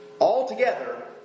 Altogether